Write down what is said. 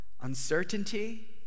Uncertainty